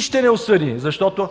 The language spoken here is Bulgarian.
ще ни осъди, защото